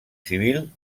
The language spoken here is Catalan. civil